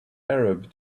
arab